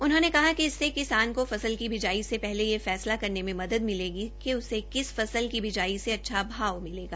उन्होंने कहा कि इससे किसान को फस्ल की बिजाई से पहले यह फैसला करने में मदद मिलेगी उसे किस फसल की ब्आई से अच्छा भाव मिलेगा